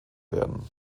werden